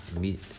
meet